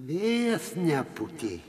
vėjas nepūtė